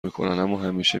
میکنن، اماهمیشه